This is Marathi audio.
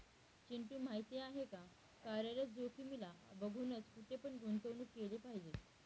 चिंटू माहिती आहे का? कार्यरत जोखीमीला बघूनच, कुठे पण गुंतवणूक केली पाहिजे